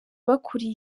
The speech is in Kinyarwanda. bakuriye